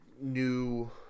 new